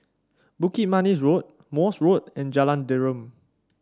Bukit Manis Road Morse Road and Jalan Derum